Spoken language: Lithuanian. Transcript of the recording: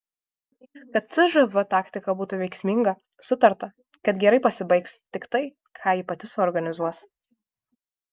kad cžv taktika būtų veiksminga sutarta kad gerai pasibaigs tik tai ką ji pati suorganizuos